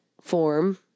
form